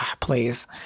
please